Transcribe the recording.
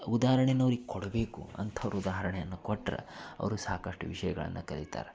ಉದಾಹರ್ಣೆನ ಅವ್ರಿಗೆ ಕೊಡಬೇಕು ಅಂಥವ್ರ ಉದಾಹರಣೆಯನ್ನು ಕೊಟ್ರೆ ಅವರು ಸಾಕಷ್ಟು ವಿಷಯಗಳನ್ನು ಕಲಿತಾರೆ